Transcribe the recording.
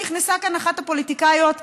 נכנסה לכאן אחת הפוליטיקאיות,